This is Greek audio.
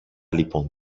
λοιπόν